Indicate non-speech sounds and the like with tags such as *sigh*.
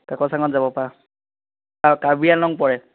কাকচাঙত যাব পাৰা *unintelligible* কাৰ্বি আংলং পৰে